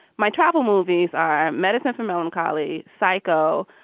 my travel movies are medicine for melancholy psycho.